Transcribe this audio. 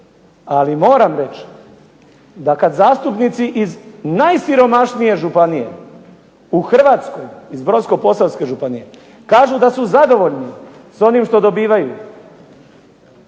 ali moram reći da kad zastupnici iz najsiromašnije županije u Hrvatskoj, iz Brodsko-posavske županije, kažu da su zadovoljni s onim što dobivaju